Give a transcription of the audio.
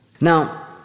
Now